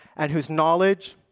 and whose knowledge,